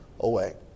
away